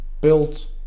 built